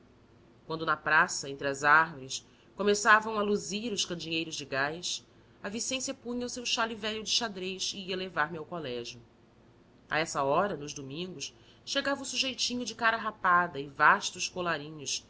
quando na praça entre as árvores começavam a luzir os candeeiros de gás a vicência punha o seu xale velho de xadrez e ia levar-me ao colégio a essa hora nos domingos chegava o sujeitinho de cara rapada e vastos colarinhos que